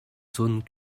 zones